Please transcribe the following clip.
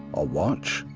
a watch,